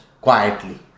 quietly